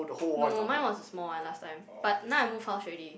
no mine was a small one last time but now I move house already